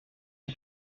les